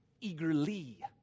eagerly